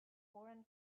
foreign